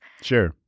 Sure